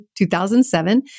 2007